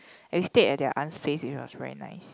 we stayed at their aunt's place it was very nice